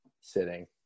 sitting